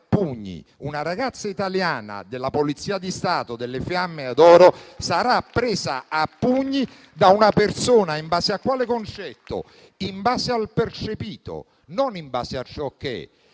una ragazza italiana della Polizia di Stato, delle Fiamme Oro, sarà presa a pugni da una persona in base al percepito, e non in base a ciò che è.